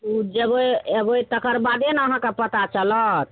ओ जेबै एबै तकरबादे ने अहाँके पता चलत